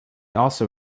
also